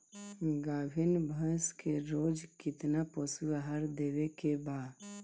गाभीन भैंस के रोज कितना पशु आहार देवे के बा?